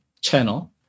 channel